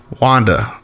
Wanda